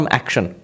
action